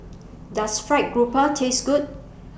Does Fried Grouper Taste Good